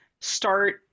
start